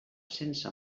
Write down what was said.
sense